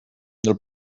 del